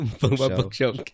bookshelf